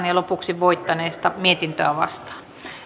ja sitten voittaneesta mietintöä vastaan